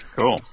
Cool